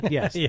Yes